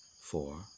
four